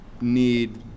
need